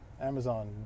Amazon